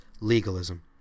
legalism